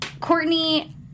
Courtney